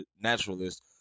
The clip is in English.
naturalist